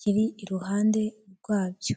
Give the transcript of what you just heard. kiri iruhande rwabyo.